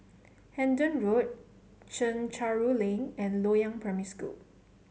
Hendon Road Chencharu Lane and Loyang Primary School